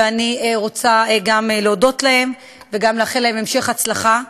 ואני רוצה גם להודות להם וגם לאחל להם המשך הצלחה.